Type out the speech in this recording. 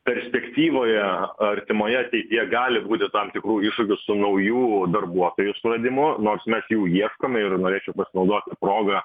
perspektyvoje artimoje ateityje gali būti tam tikrų iššūkių su naujų darbuotojų suradimu nors mes jų ieškome ir norėčiau pasinaudot ta proga